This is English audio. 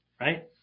right